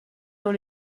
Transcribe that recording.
dans